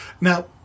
now